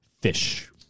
Fish